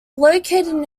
located